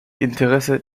interessen